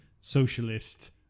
socialist